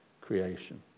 creation